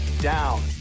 down